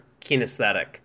kinesthetic